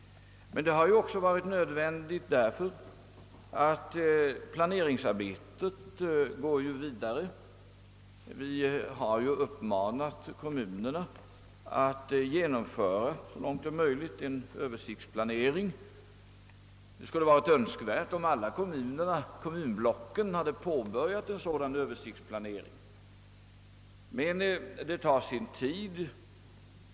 Men det har också varit nödvändigt därför att planeringsarbetet går vidare. Vi har uppmanat kommunerna att så långt som möjligt genomföra en Ööversiktplanering. Det skulle varit önskvärt om alla kommuner och kommunblock redan nu hade påbörjat en sådan planering, men dylikt tar sin tid.